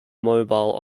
mobile